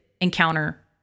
encounter